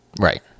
Right